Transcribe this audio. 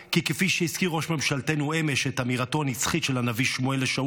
כי כפי שהזכיר ראש ממשלתנו אמש את אמירתו הנצחית של הנביא שמואל לשאול,